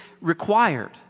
required